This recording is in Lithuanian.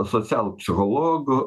asocialų psichologų